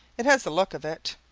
it has the look of it.